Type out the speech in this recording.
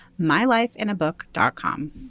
mylifeinabook.com